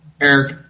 Eric